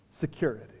security